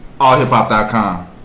allhiphop.com